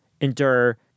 endure